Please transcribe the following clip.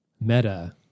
meta